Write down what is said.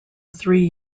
three